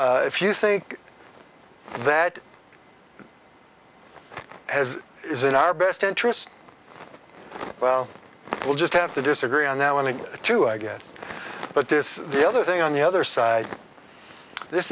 s if you think that has is in our best interest well we'll just have to disagree on that one to two i guess but this the other thing on the other side this